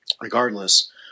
regardless